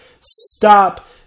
stop